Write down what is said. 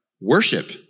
worship